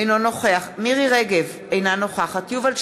אינו נוכח מירי רגב, אינה נוכחת יובל שטייניץ,